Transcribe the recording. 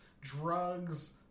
drugs